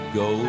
go